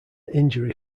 injury